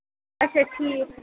اچھا ٹھیٖک